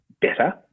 better